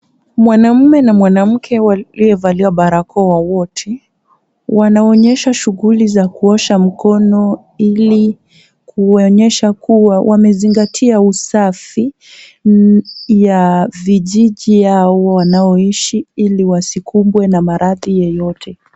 Mwanaume na mwanaume waliovalia barakoa wote wanaonyesha shughuli za kuosha mkono ili kuonyesha wamezingatia usafi ya vijiji, ili wanaoishi wasikumbwe na maradhi yeyote.